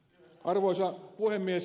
arvoisa puhemies